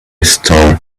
store